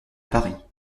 paris